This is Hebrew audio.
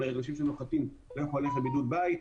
כלומר אנשים שנוחתים- -- בידוד בית.